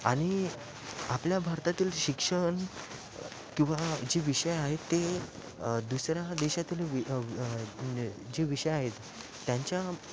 आणि आपल्या भारतातील शिक्षण किंवा जे विषय आहेत ते दुसऱ्या देशातील वि जे विषय आहेत त्यांच्या